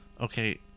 okay